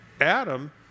Adam